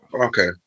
Okay